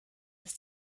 dass